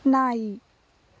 ನಾಯಿ